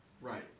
Right